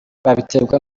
babiterwa